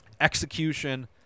Execution